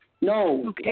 No